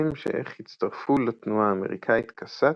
בהמשך הצטרפו לתנועה האמריקאית קאסאט,